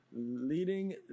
Leading